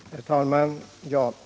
Nr 26 Herr talman!